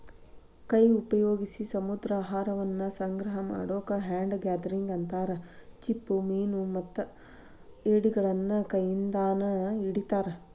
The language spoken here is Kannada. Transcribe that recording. ಕೈ ಉಪಯೋಗ್ಸಿ ಸಮುದ್ರಾಹಾರವನ್ನ ಸಂಗ್ರಹ ಮಾಡೋದಕ್ಕ ಹ್ಯಾಂಡ್ ಗ್ಯಾದರಿಂಗ್ ಅಂತಾರ, ಚಿಪ್ಪುಮೇನುಮತ್ತ ಏಡಿಗಳನ್ನ ಕೈಯಿಂದಾನ ಹಿಡಿತಾರ